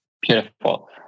Beautiful